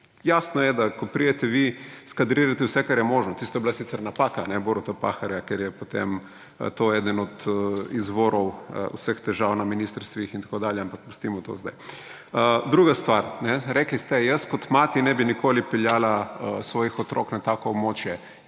Jasno je, da ko pridete vi, skadrujete vse, kar je možno. Tisto je bila sicer napaka Boruta Pahorja, ker je potem to eden od izvorov vseh težav na ministrstvih in tako dalje, ampak pustimo to zdaj. Druga stvar. Rekli ste, jaz kot mati ne bi nikoli peljala svojih otrok na tako območje.